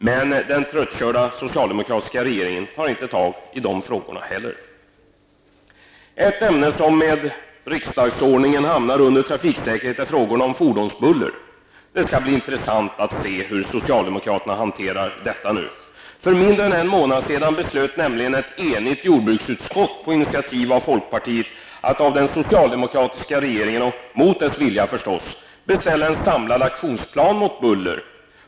Men den tröttkörda socialdemokratiska regeringen tar inte tag i dessa frågor heller. Ett ämne som med riksdagsordningen hamnar under trafiksäkerhet är frågorna om fordonsbuller. Det skall bli intressant att se hur socialdemokraterna hanterar detta. För mindre än en månad sedan beslöt nämligen ett enigt jordbruksutskott, på initiativ av folkpartiet, att av den socialdemokratiska regeringen och mot dess vilja beställa en samlad aktionsplan mot buller.